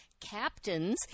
Captains